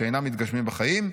שאינם מתגשמים בחיים,